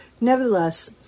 Nevertheless